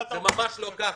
זה ממש לא ככה.